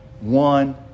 one